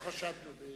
ברור, לא חשדנו.